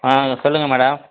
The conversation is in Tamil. ஆ சொல்லுங்கள் மேடம்